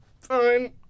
Fine